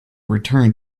return